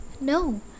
No